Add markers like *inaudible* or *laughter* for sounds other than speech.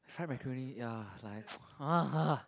fried macaroni ya like *noise* ah ah